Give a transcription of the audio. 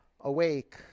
awake